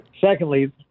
Secondly